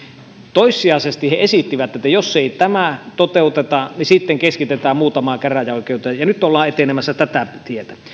toissijaisesti he esittivät että jos ei tätä toteuteta niin sitten keskitetään muutamaan käräjäoikeuteen ja nyt ollaan etenemässä tätä tietä